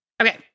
Okay